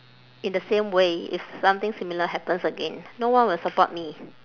in the same way if something similar happens again no one will support me